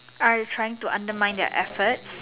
I trying to undermine their efforts